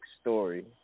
story